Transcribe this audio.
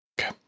Okay